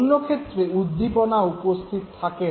অন্য ক্ষেত্রে উদ্দীপনা উপস্থিত থাকে না